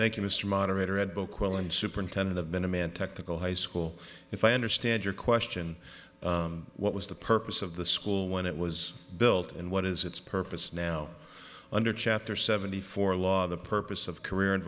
you mr moderator had both quillan superintendent of been a man technical high school if i understand your question what was the purpose of the school when it was built and what is its purpose now under chapter seventy four law the purpose of career in